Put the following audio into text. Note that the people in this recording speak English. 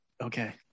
Okay